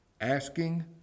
asking